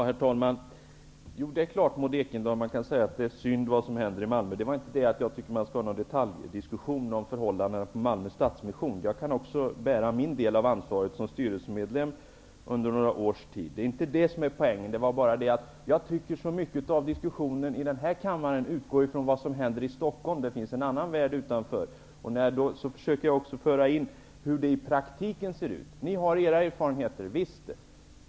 Herr talman! Jo, det är klart, Maud Ekendahl, att man kan säga att det som händer i Malmö är synd. Däremot är det inte så, att jag tycker att det skall föras en detaljdiskussion om förhållandena hos Malmö stadsmission. Men jag kan också bära min del av ansvaret som styrelsemedlem under några års tid. Det är alltså inte det som är poängen. Jag tycker att diskussionen i denna kammare väldigt mycket utgår från vad som händer i Stockholm. Men det finns ju en värld utanför Stockholm. Jag försökte tala om hur det i praktiken ser ut. Ni har förvisso egna erfarenheter.